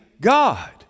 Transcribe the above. God